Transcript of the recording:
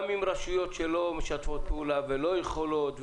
גם עם רשויות שלא משתפות פעולה ולא יכולות,